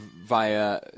via